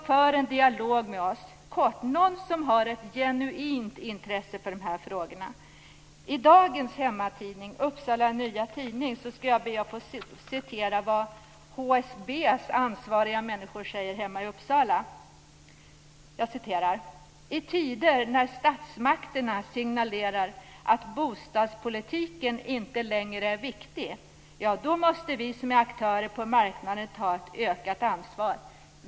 Kort: Det behövs någon med ett genuint intresse för dessa frågor. Jag skall citera vad HSB:s ansvariga i Uppsala säger i dagens Upsala Nya Tidning: "- I tider när statsmakterna signalerar att bostadspolitiken inte längre är viktig, ja då måste vi som är aktörer på marknaden ta ett ökat ansvar.